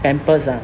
pampers ah